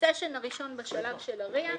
בסשן הראשון בשלב של ה-RIA,